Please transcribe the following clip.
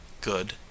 good